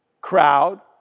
crowd